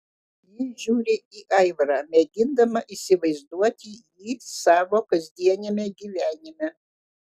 ji žiūri į aivarą mėgindama įsivaizduoti jį savo kasdieniame gyvenime